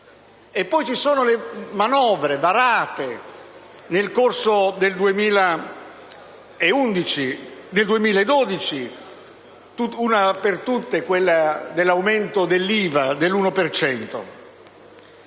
Poi ci sono le manovre varate nel corso del 2011 e del 2012: cito una per tutte, quella dell'aumento dell'IVA dell'1